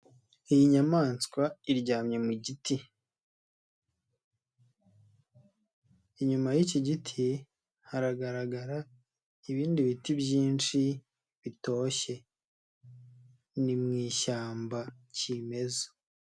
Iyi nyamaswa iryamye mu giti, inyuma y'iki giti haragaragara ibindi biti byinshi bitoshye ni mu ishyamba kimeza.